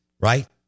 right